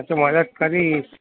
તો મદદ કરીશ